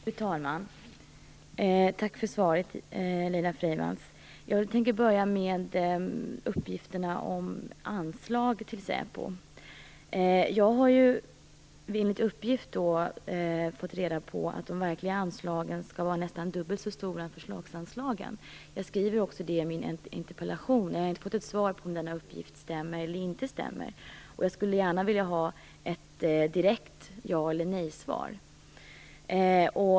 Fru talman! Tack för svaret, Laila Freivalds. Jag tänker börja med uppgifterna om anslag till säpo. Jag har fått reda på att de verkliga anslagen skall vara nästan dubbelt så stora som förslagsanslagen. Jag skriver också det i min interpellation, men jag har inte fått något svar på om denna uppgift stämmer eller inte. Jag skulle gärna vilja ha ett direkt ja eller nejsvar.